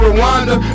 Rwanda